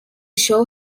show